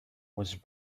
was